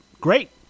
Great